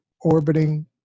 orbiting